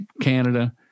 Canada